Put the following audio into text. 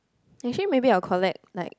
actually maybe I'll collect like